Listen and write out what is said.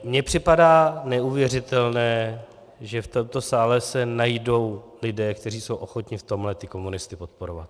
Mně připadá neuvěřitelné, že v tomto sále se najdou lidé, kteří jsou ochotni v tomhle ty komunisty podporovat.